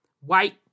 white